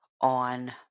on